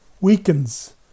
weakens